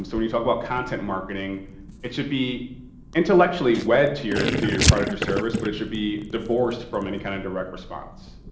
um when you talk about content marketing it should be intellectually wed to your to your product or service, but it should be divorced from any kind of direct response.